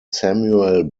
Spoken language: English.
samuel